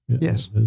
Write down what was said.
Yes